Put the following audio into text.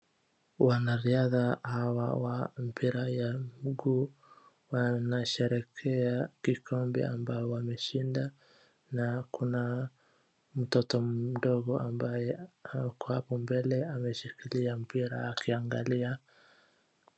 Wanariadha hawa wa mpira ya mguu wanasherekea kikombe ambao wameshinda na kuna mtoto mdogo ambaye ako hapo mbele ameshikilia mpira akiangalia.